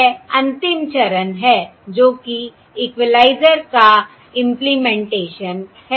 यह अंतिम चरण है जो कि इक्वलाइज़र का इंप्लीमेंटेशन है